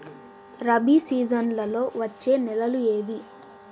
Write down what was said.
రబి సీజన్లలో వచ్చే నెలలు ఏవి?